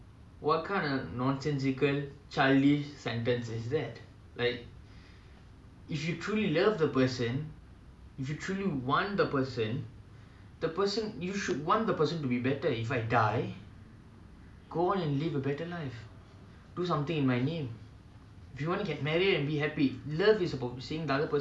your your dad doesn't say that your mum doesn't say that if I die you have to go and die your mum say I shall go I shall die ah but my son live better your mum don't say if I die you don't breathe you too stop breathing there's no reason for you to live but what what kind of sentence is if I die there's no more reason for you to live you'll die together with me